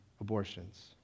abortions